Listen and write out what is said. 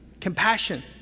compassion